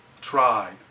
tried